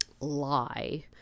lie